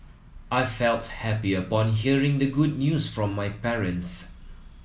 I felt happy upon hearing the good news from my parents